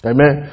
Amen